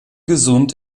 gesund